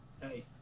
Hey